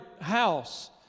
house